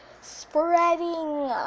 Spreading